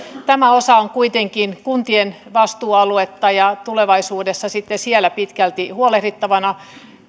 tämä osa on kuitenkin kuntien vastuualuetta ja tulevaisuudessa sitten siellä pitkälti huolehdittavana